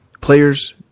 Players